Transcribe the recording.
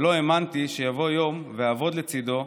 ולא האמנתי שיבוא יום ואעבוד לצידו,